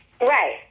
Right